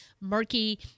murky